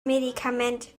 medikament